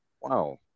Wow